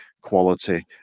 quality